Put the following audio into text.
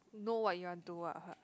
know what you want do ah uh